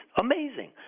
Amazing